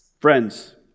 Friends